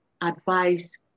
advice